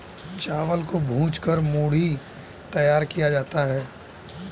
चावल को भूंज कर मूढ़ी तैयार किया जाता है